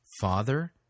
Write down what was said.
father